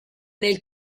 nel